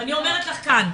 ואני אומרת לך כאן,